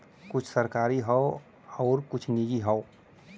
कुछ सरकारी हौ आउर कुछ निजी हौ